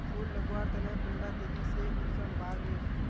फुल लगवार तने कुंडा तेजी से कुंसम बार वे?